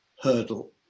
hurdle